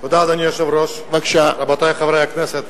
אדוני היושב-ראש, תודה, רבותי חברי הכנסת,